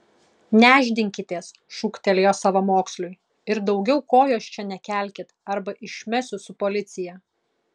nešdinkitės šūktelėjo savamoksliui ir daugiau kojos čia nekelkit arba išmesiu su policija